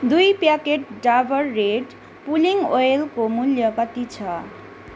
दुई packet Dabur red pulling ओइलको मूल्य कति छ